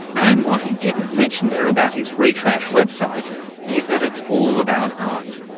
and what he didn't mention there about his retrash website is that it's all about art.